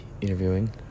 interviewing